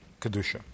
Kedusha